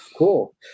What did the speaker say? Cool